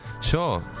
Sure